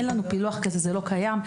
אין לנו פילוח כזה והוא לא קיים.